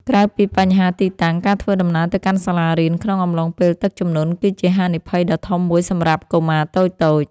ក្រៅពីបញ្ហាទីតាំង ការធ្វើដំណើរទៅកាន់សាលារៀនក្នុងអំឡុងពេលទឹកជំនន់គឺជាហានិភ័យដ៏ធំមួយសម្រាប់កុមារតូចៗ។